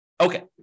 Okay